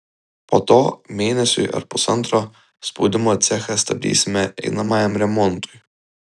po to mėnesiui ar pusantro spaudimo cechą stabdysime einamajam remontui